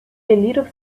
little